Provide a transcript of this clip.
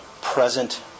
present